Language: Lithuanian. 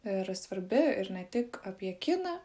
ir svarbi ir ne tik apie kiną